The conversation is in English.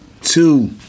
two